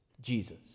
Jesus